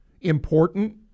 important